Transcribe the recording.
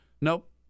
nope